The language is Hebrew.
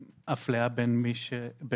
אפליה בין מי שעומד בזכאות לתקופות מסוימות?